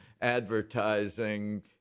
advertising